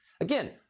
Again